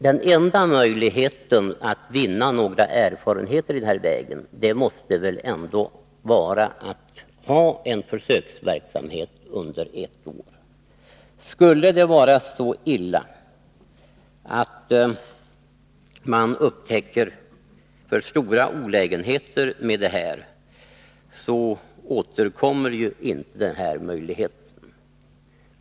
Den enda möjligheten att vinna erfarenheter i det här avseendet måste väl ändå vara att ha en försöksverksamhet under ett år. Skulle det vara så illa att man upptäcker alltför stora olägenheter med detta förfarande, så återkommer ju inte den här möjligheten.